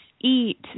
eat